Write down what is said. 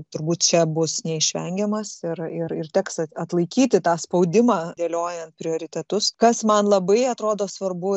turbūt čia bus neišvengiamas ir ir ir teks at atlaikyti tą spaudimą dėliojant prioritetus kas man labai atrodo svarbu